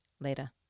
later